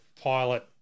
pilot